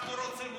אנחנו רוצים,